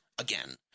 again